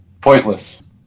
pointless